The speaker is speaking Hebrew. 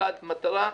ממוקד מטרה.